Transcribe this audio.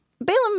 Balaam